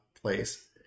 place